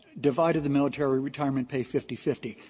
divided the military retirement pay fifty fifty,